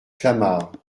clamart